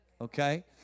Okay